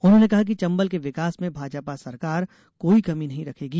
उन्होंने कहा कि चंबल के विकास में भाजपा सरकार कोई कमी नहीं रखेगी